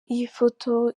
ifoto